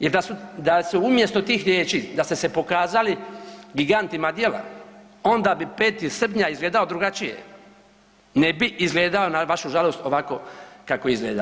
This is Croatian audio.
Jer da su, da su umjesto tih riječi da ste se pokazali gigantima djela onda bi 5. srpnja izgledao drugačije, ne bi izgledao, na vašu žalost, ovako kako izgleda.